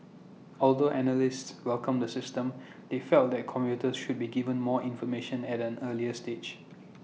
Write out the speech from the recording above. although analysts welcomed the system they felt that commuters should be given more information at an earlier stage